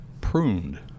pruned